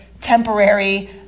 temporary